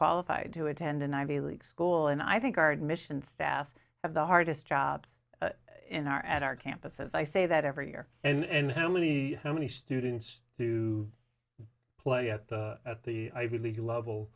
qualified to attend an ivy league school and i think our admissions staff have the hardest jobs in our at our campuses i say that every year and how many how many students to play at the at the ivy league level